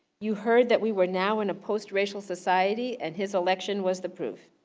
you heard that we were now in a post-racial society, and his election was the proof,